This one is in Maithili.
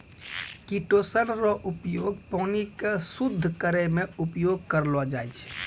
किटोसन रो उपयोग पानी के शुद्ध करै मे उपयोग करलो जाय छै